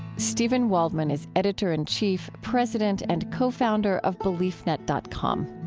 steven waldman is editor in chief, president, and co-founder of beliefnet dot com.